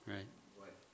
Right